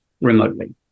remotely